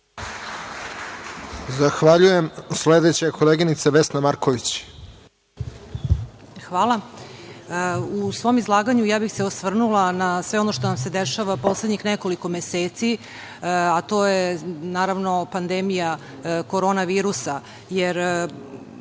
Zahvaljujem. Sledeća je koleginica Vesna Marković.